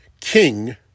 King